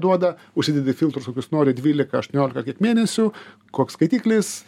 duoda užsidedi filtrus kokius nori dvylika aštuoniolika mėnesių koks skaitiklis